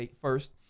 first